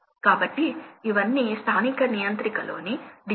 కాబట్టి ఇక్కడ గమనించవలసిన కొన్ని విషయాలు ఉన్నాయి